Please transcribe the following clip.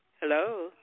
Hello